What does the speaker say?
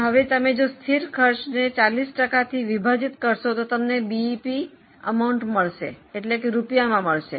હવે જો તમે સ્થિર ખર્ચને 40 ટકાથી વિભાજિત કરો તો તમને બીઈપી રૂપિયામાં મળશે